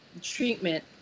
treatment